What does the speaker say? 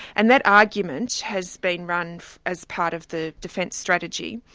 and that argument has been run as part of the defence strategy,